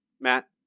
Matt